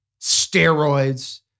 steroids